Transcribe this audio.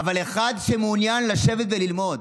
אבל אחד שמעוניין לשבת וללמוד,